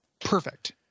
Perfect